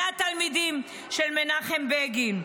זה התלמידים של מנחם בגין.